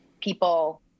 people